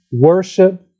worship